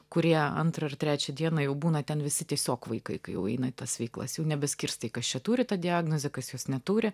kurie antrą ir trečią dieną jau būna ten visi tiesiog vaikai kai jau eina į tas veiklas jau nebeskirstai kas čia turi tą diagnozę kas jos neturi